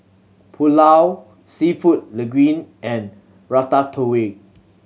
Pulao Seafood Linguine and Ratatouille